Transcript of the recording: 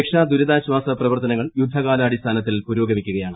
രക്ഷാ ദുരിതാശ്വാസ പ്രവർത്തനങ്ങൾ യുദ്ധകാലാടിസ്ഥാനത്തിൽ പുരോഗമിക്കുകയാണ്